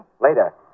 Later